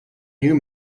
new